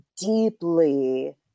deeply